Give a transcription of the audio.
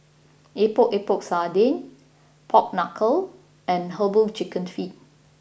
Epok Epok Sardin Pork Knuckle and Herbal Chicken Feet